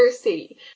city